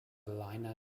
liner